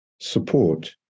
support